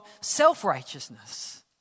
self-righteousness